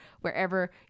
wherever